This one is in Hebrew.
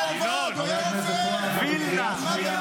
חברת הכנסת מלינובסקי.